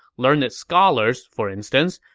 learned scholars, for instance,